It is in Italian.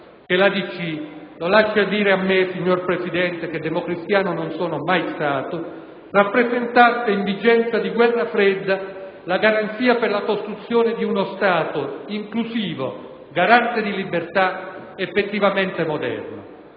che la DC - lo lasci dire a me, signor Presidente, che democristiano non sono mai stato - rappresentasse in vigenza di guerra fredda la garanzia per la costruzione di uno Stato inclusivo, garante di libertà ed effettivamente moderno.